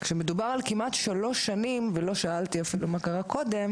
כשמדובר על כמעט שלוש שנים ולא שאלתי אפילו מה קרה קודם